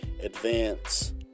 advance